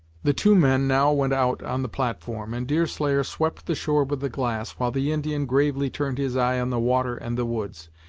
the two men now went out on the platform, and deerslayer swept the shore with the glass, while the indian gravely turned his eye on the water and the woods,